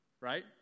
Right